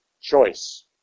choice